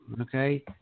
okay